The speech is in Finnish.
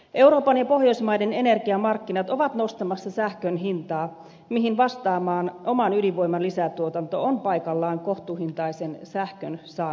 euroopan ja pohjoismaiden energiamarkkinat ovat nostamassa sähkön hintaa mihin oman ydinvoiman lisätuotanto on paikallaan vastaamaan kohtuuhintaisen sähkön saamiseksi